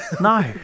No